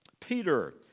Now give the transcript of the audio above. Peter